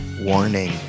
Warning